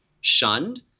shunned